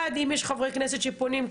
אם יש חברי כנסת שפונים,